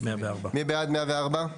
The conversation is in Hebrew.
מי בעד 104?